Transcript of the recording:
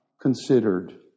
considered